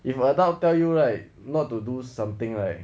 if adult tell you right not to do something right